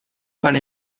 para